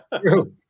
True